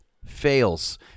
Fails